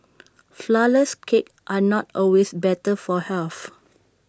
Flourless Cakes are not always better for health